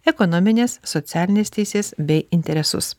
ekonomines socialines teises bei interesus